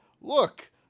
look